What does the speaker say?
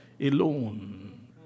alone